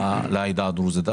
לעדה הדרוזית יופיע.